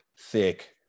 thick